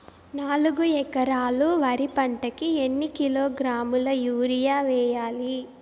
నాలుగు ఎకరాలు వరి పంటకి ఎన్ని కిలోగ్రాముల యూరియ వేయాలి?